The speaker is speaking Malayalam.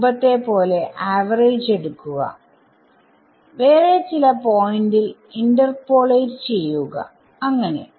മുമ്പത്തെ പോലെ ആവറേജ് എടുക്കുക വേറെ ചില പോയിന്റിൽ ഇന്റർപോളേറ്റ് ചെയ്യുക അങ്ങനെ